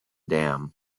dam